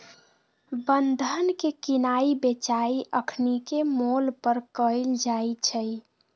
बन्धन के किनाइ बेचाई अखनीके मोल पर कएल जाइ छइ